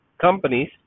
companies